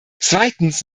zweitens